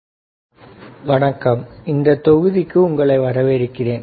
analysis data sheets of an op amp continued இந்த தொகுதிக்கு உங்களை வரவேற்கிறேன்